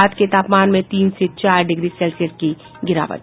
रात के तापमान में तीन से चार डिग्री सेल्सियस की गिरावट